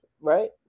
right